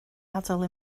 adael